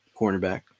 cornerback